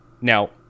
now